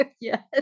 Yes